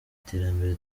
terambere